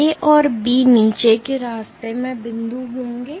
A और B नीचे के रास्ते में बिंदु होंगे